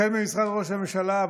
החל ממשרד ראש הממשלה,